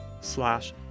slash